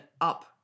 up